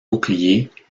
bouclier